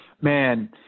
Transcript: Man